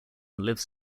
lives